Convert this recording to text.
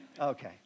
Okay